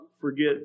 forget